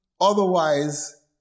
otherwise